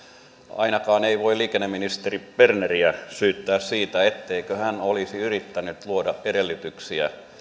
ainakaan ei voi liikenneministeri berneriä syyttää siitä etteikö hän olisi yrittänyt luoda edellytyksiä